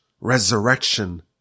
resurrection